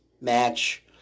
Match